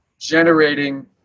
generating